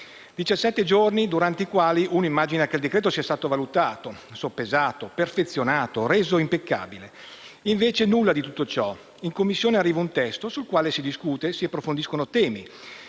giorni durante i quali ci si immagina che il decreto sia stato valutato, soppesato, perfezionato, reso impeccabile. Invece, nulla di tutto ciò. In Commissione arriva un testo, del quale si discute, si approfondiscono temi